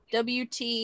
WT